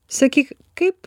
sakyk kaip